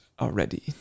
already